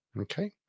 Okay